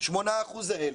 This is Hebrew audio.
שמונת האחוזים האלה.